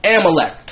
Amalek